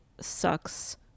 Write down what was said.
sucks